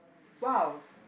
!wow!